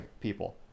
people